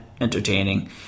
entertaining